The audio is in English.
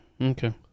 Okay